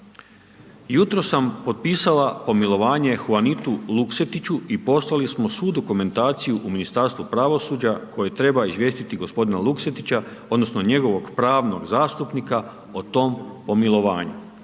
jutros sam potpisala pomilovanje Huanitu Luksetiću i poslali smo svu dokumentaciju u Ministarstvo pravosuđa, koje treba izvijestiti gospodina Luksetića, odnosno, njegovog pravnog zastupnika, o tom pomilovanju.